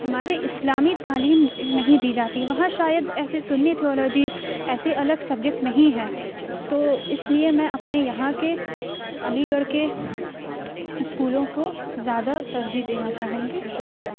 ہمارے اسلامی تعلیم نہیں دی جاتی وہاں شاید ایسے سنی تھیولوجی ایسے الگ سبجیکٹ نہیں ہے تو اس لیے میں اپنے یہاں کے علی گڑھ کے اسکولوں کو زیادہ ترجیح دینا چاہوں گی شکریہ